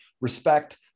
respect